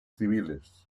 civiles